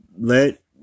let